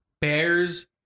Bears